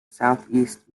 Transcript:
southeast